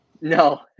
No